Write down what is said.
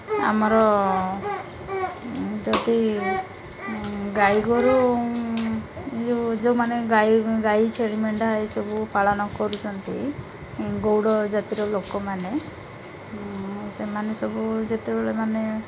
ଆମର ଯଦି ଗାଈଗୋରୁ ଯେଉଁ ଯେଉଁମାନେ ଗାଈ ଗାଈ ଛେଳି ମେଣ୍ଢା ଏସବୁ ପାଳନ କରୁଛନ୍ତି ଗଉଡ଼ ଜାତିର ଲୋକମାନେ ସେମାନେ ସବୁ ଯେତେବେଳେ ମାନେ